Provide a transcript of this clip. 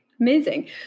Amazing